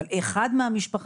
אבל אחד מהמשפחה.